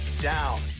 down